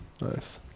Nice